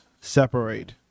separate